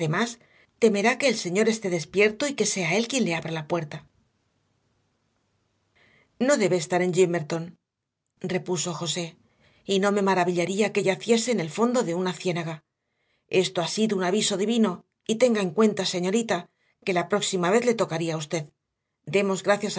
además temerá que el señor esté despierto y que sea él quien le abra la puerta no debe de estar en gimmerton repuso josé y no me maravillaría que yaciese en el fondo de una ciénaga esto ha sido un aviso divino y tenga en cuenta señorita que la próxima vez le tocaría a usted demos gracias